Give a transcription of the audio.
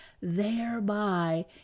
thereby